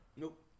Nope